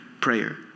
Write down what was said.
prayer